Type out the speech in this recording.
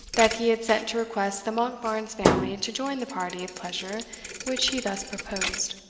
that he had sent to request the monkbarns family to join the party of pleasure which he thus proposed.